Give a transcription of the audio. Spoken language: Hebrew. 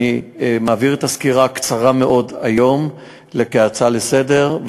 אני מעביר את הסקירה הקצרה-מאוד היום כהצעה לסדר-היום,